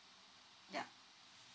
ya